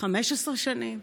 15 שנים,